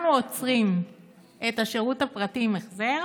אנחנו עוצרים את השירות הפרטי עם ההחזר.